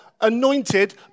anointed